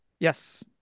Yes